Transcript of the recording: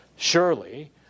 Surely